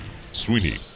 Sweeney